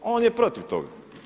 On je protiv toga.